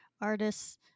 artists